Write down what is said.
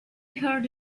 heard